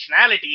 functionality